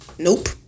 Nope